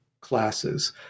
classes